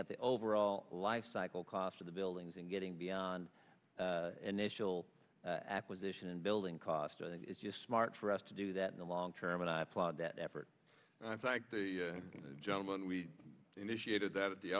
at the overall lifecycle cost of the buildings and getting beyond initial acquisition and building cost i think it's just smart for us to do that in the long term and i applaud that effort and i thank the gentleman we initiated that at the